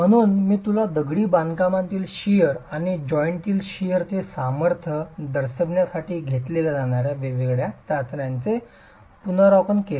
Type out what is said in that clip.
म्हणून मी तुला दगडी बांधकामातील शिअर आणि जॉइंटतील शिअरण्याचे सामर्थ्य दर्शविण्यासाठी घेतल्या जाणार्या वेगवेगळ्या चाचण्यांचे पुनरावलोकन केले